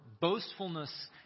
boastfulness